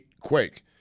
quake